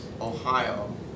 Ohio